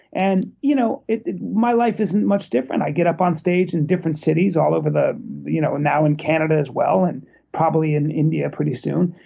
and you know, my life isn't much different. i get up on stage in different cities all over the you know now in canada as well, and probably in india pretty soon.